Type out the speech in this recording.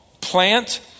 plant